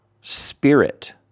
Spirit